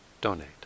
donate